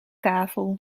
kavel